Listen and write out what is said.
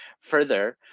further,